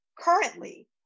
currently